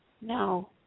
No